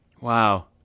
Wow